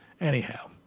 anyhow